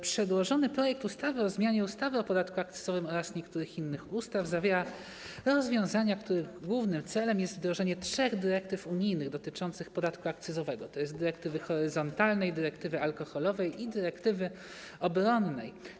Przedłożony projekt ustawy o zmianie ustawy o podatku akcyzowym oraz niektórych innych ustaw zawiera rozwiązania, których głównym celem jest wdrożenie trzech dyrektyw unijnych dotyczących podatku akcyzowego, to jest dyrektywy horyzontalnej, dyrektywy alkoholowej i dyrektywy obronnej.